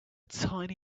tiny